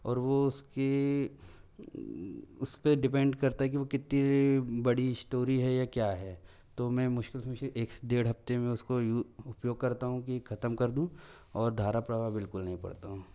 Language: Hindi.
और वो उसकी उसपे डिपेंड करता है कि वो कितनी बड़ी इश्टोरी है या क्या है तो मैं मुश्किल से मुश्किल एक से डेढ़ हफ़्ते में उसको यू उपयोग करता हूँ कि खत्म कर दूँ और धारा प्रवाह बिल्कुल नहीं पढ़ता हूँ